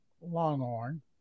Longhorn